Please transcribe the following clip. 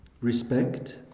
respect